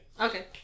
okay